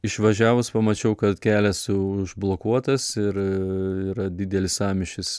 išvažiavus pamačiau kad kelias užblokuotas ir yra didelis sąmyšis